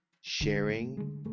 sharing